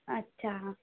अच्छा